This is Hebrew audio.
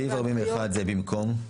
סעיף 41 זה במקום?